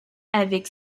avec